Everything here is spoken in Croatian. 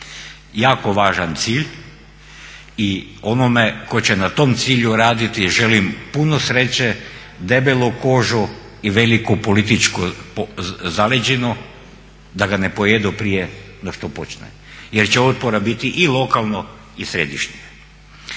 Jako važan cilj i onome tko će na tom cilju raditi želim puno sreće, debelu kožu i veliku političku zaleđinu da ga ne pojedu prije nego što počne jer će otpora biti i lokalno i središnje.